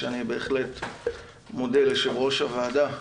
שאני בהחלט מודה ליושב ראש הוועדה,